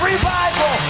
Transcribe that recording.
revival